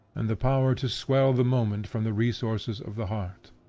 and the power to swell the moment from the resources of the heart.